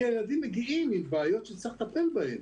כי הילדים מגיעים עם בעיות שצריך לטפל בהן.